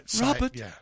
Robert